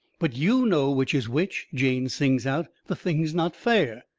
but you know which is which, jane sings out. the thing's not fair!